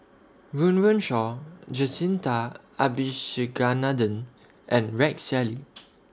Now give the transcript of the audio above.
Run Run Shaw Jacintha Abisheganaden and Rex Shelley